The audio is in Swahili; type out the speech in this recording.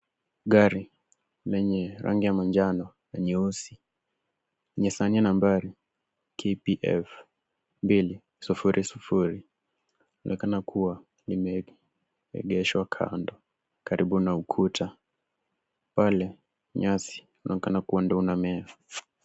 Gari lenye rangi ya manjano na nyeusi, nisani nambari KPF 200, inaonekana kuwa imeegeshwa kando karibu na ukuta pale nyasi inaonekana kuwa ndio unaomea.